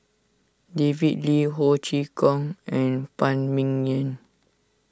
David Lee Ho Chee Kong and Phan Ming Yen